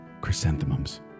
chrysanthemums